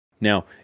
Now